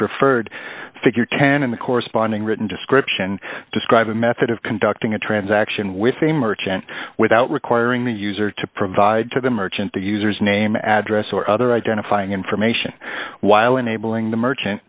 just referred figure can in the corresponding written description describe a method of conducting a transaction with a merchant without requiring the user to provide to the merchant the user's name address or other identifying information while enabling the merchant